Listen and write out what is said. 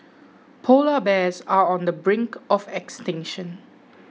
Polar Bears are on the brink of extinction